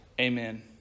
Amen